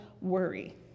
worry